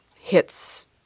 hits